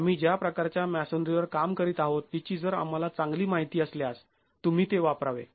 आम्ही ज्या प्रकारच्या मॅसोनरीवर काम करीत आहोत तिची जर आम्हाला चांगली माहिती असल्यास तुम्ही ते वापरावे